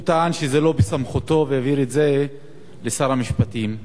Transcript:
והוא טען שזה לא בסמכותו והעביר את זה לשר המשפטים.